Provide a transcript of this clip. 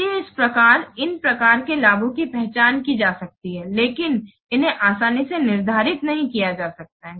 इसलिए इस प्रकार इन प्रकार के लाभों की पहचान की जा सकती है लेकिन इन्हें आसानी से निर्धारित नहीं किया जा सकता है